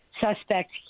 suspect